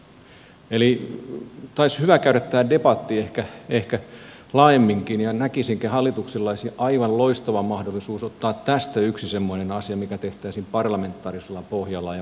eli olisi hyvä käydä tämä debatti ehkä laajemminkin ja näkisinkin että hallituksella olisi aivan loistava mahdollisuus ottaa tästä yksi semmoinen asia mikä tehtäisiin parlamentaarisella pohjalla ja voimakkaasti